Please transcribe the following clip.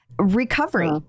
Recovery